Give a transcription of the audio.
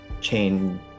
chain